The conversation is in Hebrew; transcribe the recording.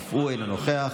אף הוא אינו נוכח.